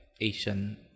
Asian